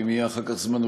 ואם יהיה אחר כך זמן,